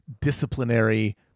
disciplinary